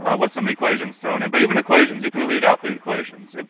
ah with some equations thrown in. but even equations, you can read out the equations.